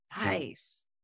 Nice